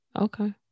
okay